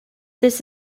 this